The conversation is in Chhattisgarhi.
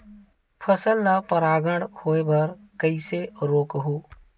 फसल ल परागण होय बर कइसे रोकहु?